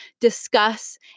discuss